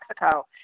Mexico